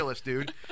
dude